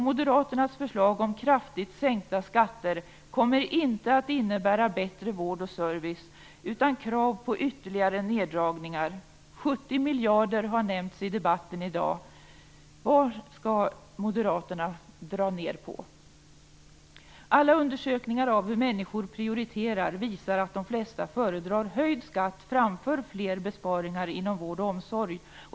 Moderaternas förslag om kraftigt sänkta skatter kommer inte att innebära bättre vård och service, utan krav på ytterligare neddragningar. 70 miljarder har nämnts i debatten i dag. Vad skall moderaterna dra ned på? Alla undersökningar av hur människor prioriterar visar att de flesta föredrar höjd skatt framför fler besparingar inom vård och omsorg.